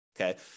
okay